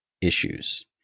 issues